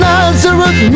Nazareth